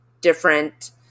different